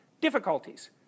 difficulties